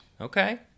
Okay